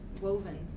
woven